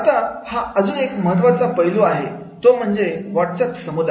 आता हा अजून एक महत्त्वाचा पैलू आहे तो म्हणजे व्हाट्सअँप समुदाय